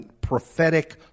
prophetic